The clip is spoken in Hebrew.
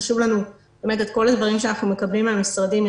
חשוב לנו את כל הדברים שאנחנו מקבלים מהמשרדים,